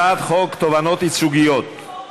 אני עובר להצעת החוק הבאה: הצעת חוק תובענות ייצוגיות (תיקון,